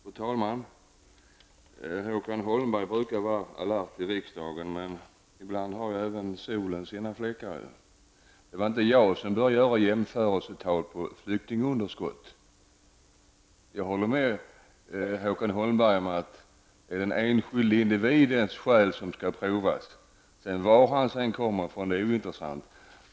Fru talman! Håkan Holmberg brukar vara alert i riksdagen, men även solen har sina fläckar: Det var inte jag som började anföra jämförelsetal på flyktingunderskott. Jag håller med Håkan Holmberg om att det är den enskilda individens skäl som skall prövas. Varifrån vederbörande sedan kommer är ointressant.